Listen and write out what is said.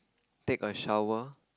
take a shower